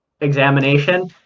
examination